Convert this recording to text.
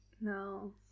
No